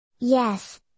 Yes